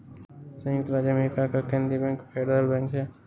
सयुक्त राज्य अमेरिका का केन्द्रीय बैंक फेडरल बैंक है